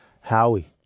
Howie